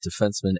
defenseman